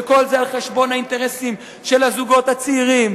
וכל זה על חשבון האינטרסים של הזוגות הצעירים,